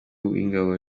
w’ingabo